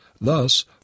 Thus